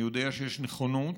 אני יודע שיש נכונות,